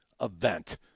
event